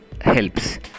helps